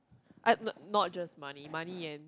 uh not not just money money and